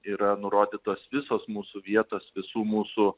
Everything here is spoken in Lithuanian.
yra nurodytos visos mūsų vietos visų mūsų